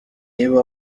niba